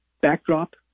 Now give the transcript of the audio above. backdrop